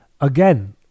again